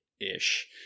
ish